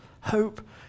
Hope